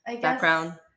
background